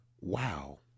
Wow